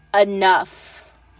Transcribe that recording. enough